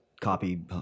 copy